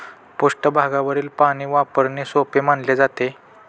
पृष्ठभागावरील पाणी वापरणे सोपे मानले जाते